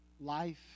Life